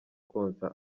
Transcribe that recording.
konsa